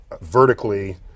vertically